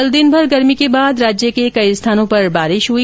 कल दिनभर गर्मी के बाद राज्य के कई स्थानों पर बारिश हुई